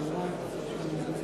(קוראת בשמות